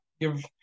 give